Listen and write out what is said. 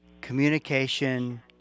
communication